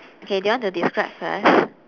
okay do you want to describe first